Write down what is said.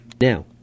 Now